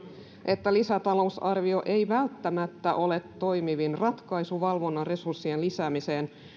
että lisätalousarvio ei välttämättä ole toimivin ratkaisu valvonnan reusurssien lisäämiseen